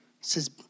says